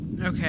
Okay